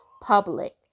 public